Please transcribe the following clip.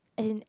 in